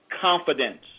confidence